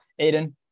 Aiden